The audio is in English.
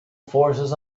forces